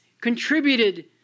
contributed